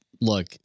look